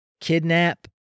kidnap